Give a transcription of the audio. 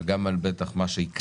וגם בטח על מה שעוד ייקרא,